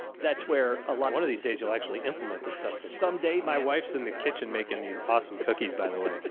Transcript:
that's where a lot, one of these days you'll actually implement this stuff someday. my wife's in the kitchen making these awesome cookies by the way.